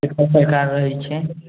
ककर सरकार रहै छै